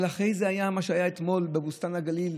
אבל אחרי זה היה מה שהיה אתמול בבוסתן הגליל,